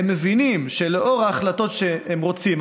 הם מבינים שלאור ההחלטות שהם רוצים,